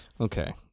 Okay